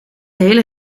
hele